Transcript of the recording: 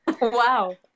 Wow